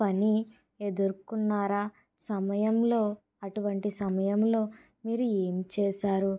పని ఎదురుకున్నారా సమయంలో అటువంటి సమయంలో మీరు ఏం చేశారు